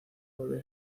volvió